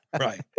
Right